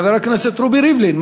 חבר הכנסת רובי ריבלין,